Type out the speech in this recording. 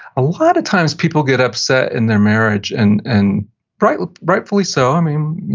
a lot of times people get upset in their marriage, and and rightfully rightfully so, i mean,